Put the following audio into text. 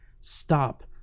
stop